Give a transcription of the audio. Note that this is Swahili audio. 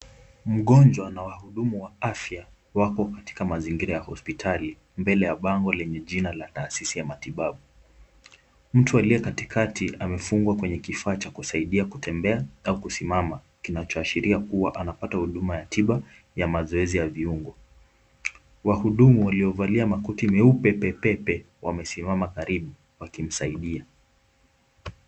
Mgonjwa na wahudumu wa afya, wako katika mazingira ya hospitali, mbele ya bango lenye jina la taasisi ya matibabu. Mtu aliye katikati amefungwa kwenye kifaa cha kusaidia kutembea au kusimama, kinachoashiria kuwa anapata huduma ya tiba ya mazoezi ya viungo. Wahudumu waliovalia makoti meupe pepepe, wamesimama karibu wakimsaidia.